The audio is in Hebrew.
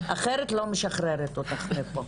אחרת אני לא משחררת אותך מפה.